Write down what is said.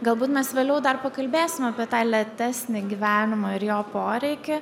galbūt mes vėliau dar pakalbėsim apie tą lėtesnį gyvenimą ir jo poreikį